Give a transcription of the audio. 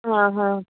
आं हां